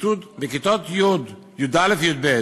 בכיתות י', י"א וי"ב